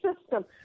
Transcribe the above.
system